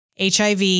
HIV